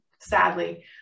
sadly